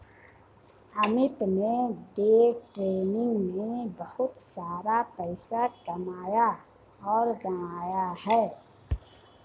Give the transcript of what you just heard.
अमित ने day trading में बहुत सारा पैसा कमाया और गंवाया है